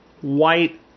white